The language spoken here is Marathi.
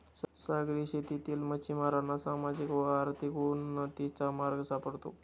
सागरी शेतीतील मच्छिमारांना सामाजिक व आर्थिक उन्नतीचा मार्ग सापडतो